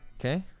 Okay